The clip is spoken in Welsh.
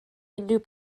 unrhyw